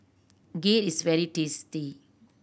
kheer is very tasty